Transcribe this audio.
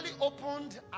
opened